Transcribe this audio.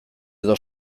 edo